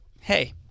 hey